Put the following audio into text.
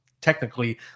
technically